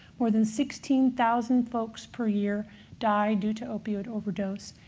more than sixteen thousand folks per year die due to opiate overdose.